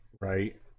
right